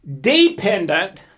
dependent